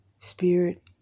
spirit